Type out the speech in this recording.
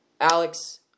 Alex